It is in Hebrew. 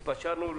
התפשרנו.